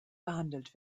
behandelt